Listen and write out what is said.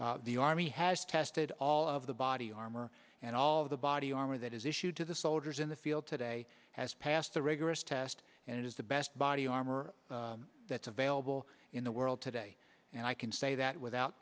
the army has tested all of the body armor and all of the body armor that is issued to the soldiers in the field today has passed the rigorous test and it is the best body armor that's available in the world today and i can say that without